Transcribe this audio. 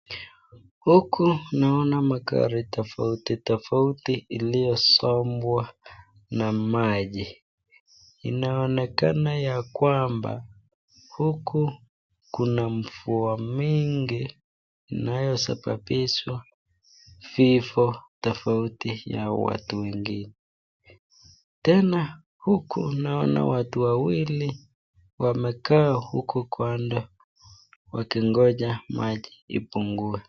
Huku naona magari tofauti tofauti iliyosombwa na maji. Inaonekana ya kwamba huku kuna mvua mingi inayosababisha vifo tofauti ya watu wengine. Tena huku nimeona watu wawili wamekaa huko kando wakingoja maji ipungue.